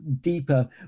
deeper